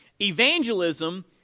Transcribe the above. Evangelism